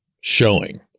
showing